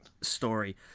story